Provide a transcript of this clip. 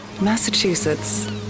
Massachusetts